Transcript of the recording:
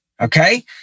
Okay